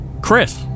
Chris